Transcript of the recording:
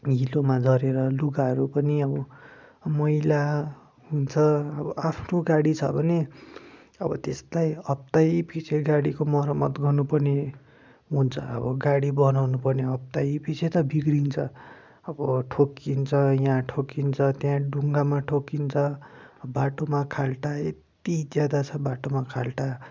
हिलोमा झरेर लुगाहरू पनि अब मैला हुन्छ अबबो आफ्नो गाडी छ भने अब त्यसलाई हप्तैपिच्छे गाडीको मरम्मत गर्नु पर्ने हुन्छ अब गाडी बनाउनुपर्ने हप्तैपिच्छे त बिग्रिन्छ अब ठोकिन्छ यहाँ ठोकिन्छ त्यहाँ ढुङ्गामा ठोकिन्छ बाटोमा खाल्टा यत्ति ज्यादा छ बाटोमा खाल्टा